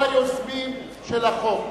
היוזמים של החוק.